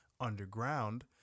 underground